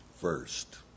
first